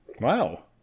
Wow